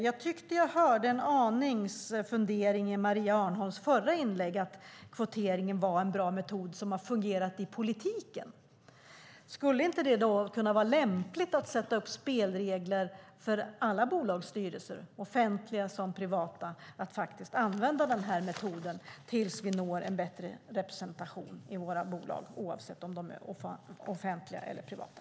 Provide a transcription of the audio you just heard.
Jag tyckte att jag hörde en aning av en fundering i Maria Arnholms förra inlägg om att kvotering var en bra metod som har fungerat i politiken. Skulle det inte vara lämpligt att sätta upp spelregler för alla bolags styrelser, offentliga som privata, att använda den här metoden tills vi når en bättre representation i våra bolag oavsett om de är offentliga eller privata?